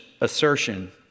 assertion